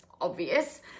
obvious